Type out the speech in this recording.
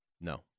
No